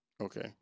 Okay